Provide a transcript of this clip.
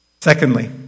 Secondly